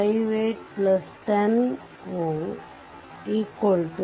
58 100